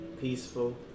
Peaceful